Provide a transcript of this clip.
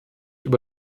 über